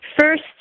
first